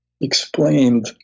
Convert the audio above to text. explained